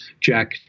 Jack